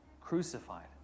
crucified